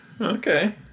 Okay